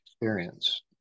experience